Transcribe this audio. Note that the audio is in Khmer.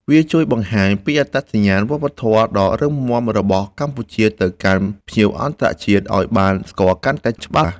វាជួយបង្ហាញពីអត្តសញ្ញាណវប្បធម៌ដ៏រឹងមាំរបស់កម្ពុជាទៅកាន់ភ្ញៀវទេសចរអន្តរជាតិឱ្យបានស្គាល់កាន់តែច្បាស់។